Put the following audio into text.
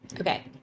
okay